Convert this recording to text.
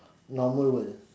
normal world